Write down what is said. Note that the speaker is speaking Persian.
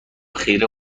خیره